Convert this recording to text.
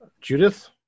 Judith